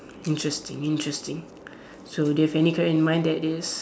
interesting interesting so do you have any career in mind that is